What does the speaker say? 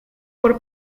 por